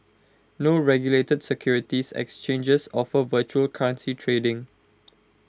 no regulated securities exchanges offer virtual currency trading